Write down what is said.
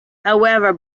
however